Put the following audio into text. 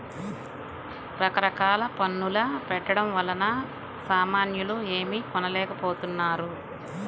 రకరకాల పన్నుల పెట్టడం వలన సామాన్యులు ఏమీ కొనలేకపోతున్నారు